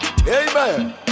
Amen